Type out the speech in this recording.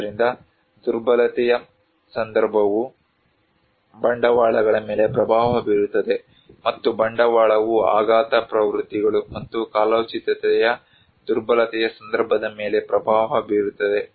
ಆದ್ದರಿಂದ ದುರ್ಬಲತೆಯ ಸಂದರ್ಭವು ಬಂಡವಾಳಗಳ ಮೇಲೆ ಪ್ರಭಾವ ಬೀರುತ್ತದೆ ಮತ್ತು ಬಂಡವಾಳವು ಆಘಾತ ಪ್ರವೃತ್ತಿಗಳು ಮತ್ತು ಕಾಲೋಚಿತತೆಯ ದುರ್ಬಲತೆಯ ಸಂದರ್ಭದ ಮೇಲೆ ಪ್ರಭಾವ ಬೀರುತ್ತದೆ